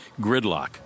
gridlock